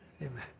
amen